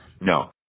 No